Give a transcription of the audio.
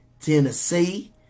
Tennessee